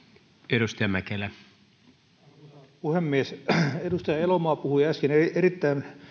arvoisa puhemies edustaja elomaa puhui äsken erittäin